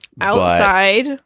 Outside